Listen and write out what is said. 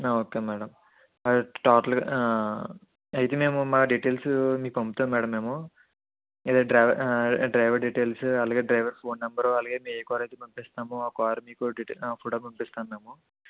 okay madam అదే టోటల్గా అయితే మేము మా డీటెయిల్స్ మీకు పంపుతాం మ్యాడం మేము డ్రైవర్ ఆ డ్రైవర్ డీటెయిల్సు అలాగే డ్రైవర్ ఫోన్ నెంబర్ అలాగే మీకు ఏ కార్ అయితే పంపిస్తామో ఆ కార్ డీటెయిల్స్ ఫోటో పంపిస్తాము మేము